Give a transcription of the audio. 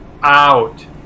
out